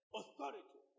Authority